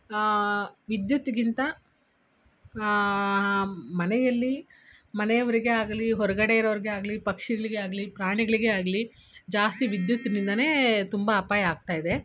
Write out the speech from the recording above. ವಿದ್ಯುತ್ತಿಗಿಂತ ಮನೆಯಲ್ಲಿ ಮನೆಯವರಿಗೆ ಆಗಲಿ ಹೊರಗಡೆ ಇರೋರಿಗೆ ಆಗಲಿ ಪಕ್ಷಿಗಳಿಗೆ ಆಗಲಿ ಪ್ರಾಣಿಗಳಿಗೆ ಆಗಲಿ ಜಾಸ್ತಿ ವಿದ್ಯುತ್ತಿನಿಂದನೇ ತುಂಬ ಅಪಾಯ ಆಗ್ತಾಯಿದೆ